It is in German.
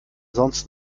sonst